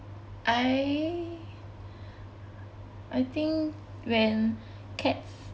I I think when cats